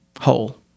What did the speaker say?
whole